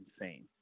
insane